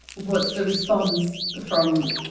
what's the response from,